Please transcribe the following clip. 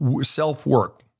self-work